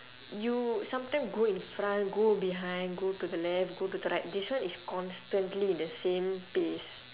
you sometime go in front go behind go to the left go to the right this one is constantly in the same pace